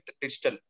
digital